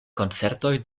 koncertoj